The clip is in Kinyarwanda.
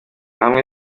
hamwe